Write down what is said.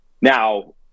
Now